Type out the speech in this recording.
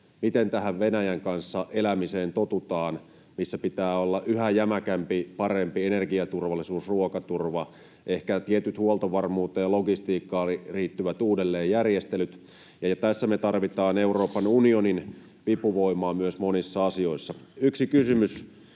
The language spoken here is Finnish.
Miten tähän Venäjän kanssa elämiseen totutaan? Siinä pitää olla yhä jämäkämpi, parempi energiaturvallisuus ja ruokaturva, ehkä tietyt huoltovarmuuteen ja logistiikkaan liittyvät uudelleenjärjestelyt. Tässä me tarvitaan myös Euroopan unionin vipuvoimaa monissa asioissa. Yksi kysymys: